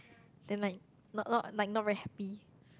then like not not like not very happy